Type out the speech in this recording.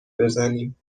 بزنیم